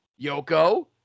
Yoko